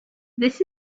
this